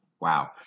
Wow